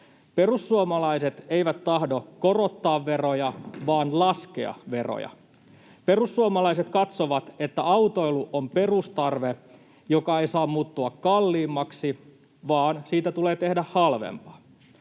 Perussuomalaiset eivät tahdo korottaa veroja vaan laskea veroja. Perussuomalaiset katsovat, että autoilu on perustarve, joka ei saa muuttua kalliimmaksi, vaan siitä tulee tehdä halvempaa.